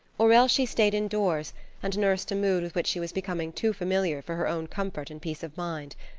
or else she stayed indoors and nursed a mood with which she was becoming too familiar for her own comfort and peace of mind.